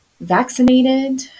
vaccinated